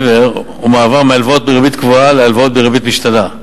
ומעבר מהלוואות בריבית קבועה להלוואות בריבית משתנה,